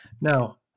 Now